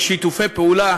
בשיתופי פעולה